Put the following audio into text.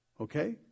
Okay